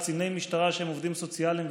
קציני משטרה שהם עובדים סוציאליים.